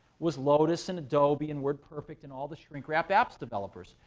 was lotus and adobe and wordperfect and all the shrinkwrapped apps developers.